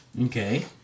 Okay